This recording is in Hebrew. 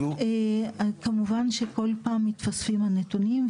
כמובן שכל פעם מתווספים הנתונים,